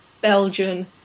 belgian